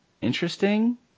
interesting